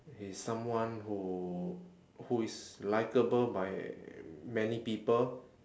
he is someone who who is likable by many people